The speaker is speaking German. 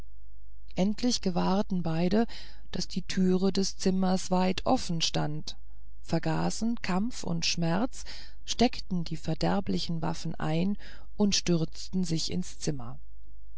endlich gewahrten beide daß die türe des zimmers weit offen stand vergaßen kampf und schmerz steckten die verderblichen waffen ein und stürzten sich ins zimmer